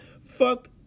Fuck